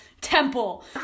temple